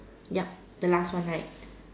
yup the last one right